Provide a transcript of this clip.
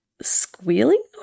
squealing